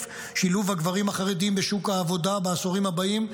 שילוב הגברים החרדים בשוק העבודה בעשורים הבאים,